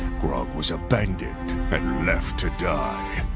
grog was abandoned and left to die.